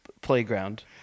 playground